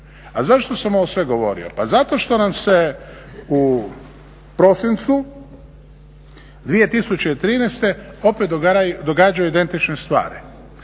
A zašto sam ovo sve govorio? Pa zato što nam se u prosincu 2013. opet događaju identične stvari.